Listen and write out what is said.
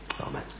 Amen